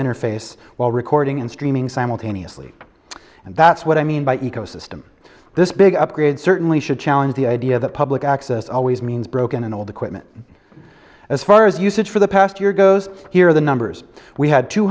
interface while recording and streaming simultaneously and that's what i mean by ecosystem this big upgrade certainly should challenge the idea that public access always means broken and old equipment as far as usage for the past year goes here the numbers we had two